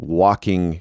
walking